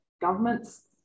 governments